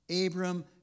Abram